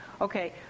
Okay